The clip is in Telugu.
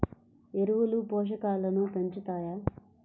ఎరువులు పోషకాలను పెంచుతాయా?